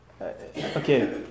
okay